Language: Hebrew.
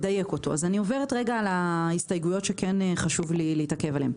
אני עוברת על ההסתייגויות שכן חשוב לי להתעכב עליהן.